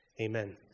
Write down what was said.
Amen